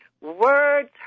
Words